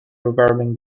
regarding